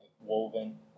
woven